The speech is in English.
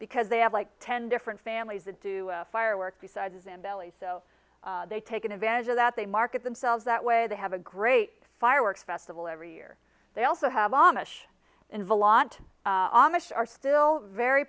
because they have like ten different families to do fireworks besides in belize so they take advantage of that they market themselves that way they have a great fireworks festival every year they also have a mish in violent amish are still very